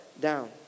down